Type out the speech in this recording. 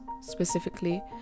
specifically